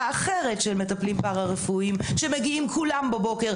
אחרת של מטפלים פרא רפואיים שמגיעים כולם בבוקר,